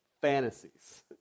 fantasies